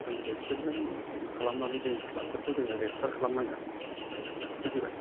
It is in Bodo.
जों बिसोरजों खालामनानै जोंनि क्लाबफोरखौ जोङो रेजिस्टार खालामनांगोन बुजिबाय